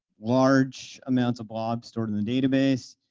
large amounts of blogs stored in the database,